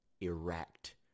erect